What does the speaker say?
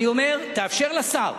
אני אומר: תאפשר לשר.